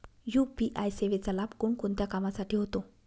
UPI सेवेचा लाभ कोणकोणत्या कामासाठी होतो?